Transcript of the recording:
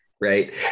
right